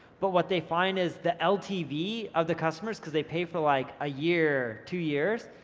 but what they find is the ltv of the customers, cause they pay for like, a year, two years,